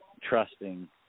trusting